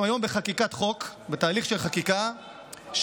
אנחנו היום בחקיקת חוק, בתהליך של חקיקה שמרחיב